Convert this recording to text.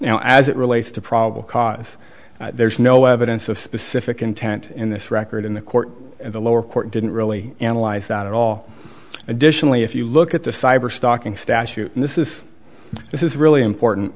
now as it relates to probable cause there's no evidence of specific intent in this record in the court and the lower court didn't really analyze that at all additionally if you look at the cyberstalking statute and this is this is really important